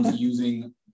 using